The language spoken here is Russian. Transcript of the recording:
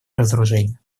разоружения